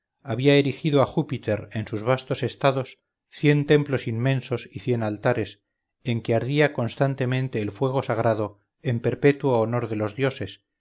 había erigido a júpiter en sus vastos estados cien templos inmensos y cien altares en que ardía constantemente el fuego sagrado en perpetuo honor de los dioses